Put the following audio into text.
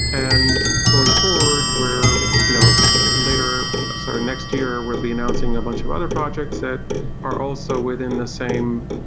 and going forward, where you know later sort of next year we'll be announcing a bunch of other projects that are also within the same